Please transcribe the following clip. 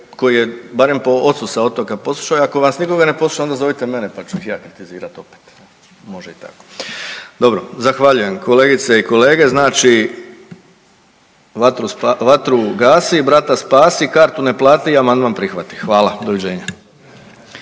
koji je barem po ocu sa otoka Posušaja, ako vas nikoga ne posluša onda zovite mene pa ću ih ja kritizirat opet. Može i tako. Dobro, zahvaljujem kolegice i kolege, znači vatru gasi, brata spasi, kartu ne plati i amandman prihvati. Hvala, doviđenja.